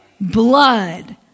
Blood